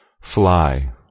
fly